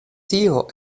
tio